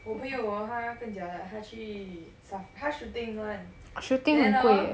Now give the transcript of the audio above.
我朋友 hor 她更 jialat 她去 sa~ 他 shooting [one] then hor